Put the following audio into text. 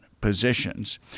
positions